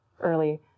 early